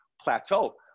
plateau